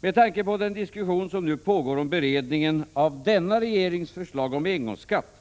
Med tanke på den diskussion som nu pågår om beredningen av denna regerings förslag om en engångsskatt